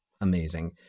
amazing